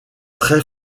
très